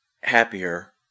happier